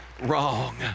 wrong